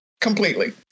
completely